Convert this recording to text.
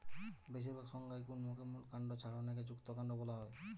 বেশিরভাগ সংজ্ঞায় গুল্মকে মূল কাণ্ড ছাড়া অনেকে যুক্তকান্ড বোলা হয়